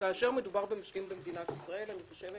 כאשר מדובר במשקיעים במדינת ישראל, אני חושבת